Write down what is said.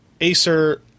Acer